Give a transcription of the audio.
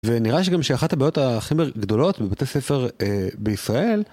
ונראה שגם שאחת הבעיות הכי גדולות בבתי ספר בישראל